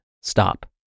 stop